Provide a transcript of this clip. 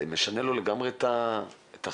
זה משנה לו לגמרי את החשיבה,